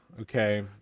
okay